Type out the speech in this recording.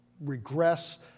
regress